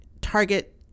Target